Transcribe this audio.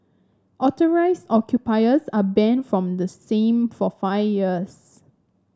authorised occupiers are banned from the same for five years